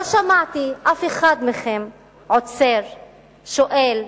לא שמעתי אף אחד מכם עוצר, שואל,